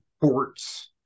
ports